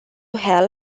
hell